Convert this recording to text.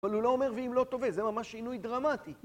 אבל הוא לא אומר ואם לא תאבה, זה ממש שינוי דרמטי.